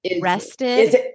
Rested